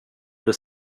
det